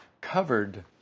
covered